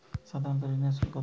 সাধারণ ঋণের সুদ কত?